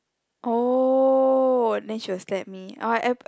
oh then she will slap me or I